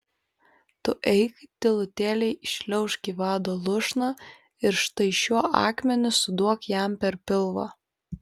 tu eik tylutėliai įšliaužk į vado lūšną ir štai šiuo akmeniu suduok jam per pilvą